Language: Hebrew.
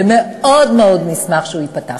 ומאוד מאוד נשמח אם הוא ייפתח.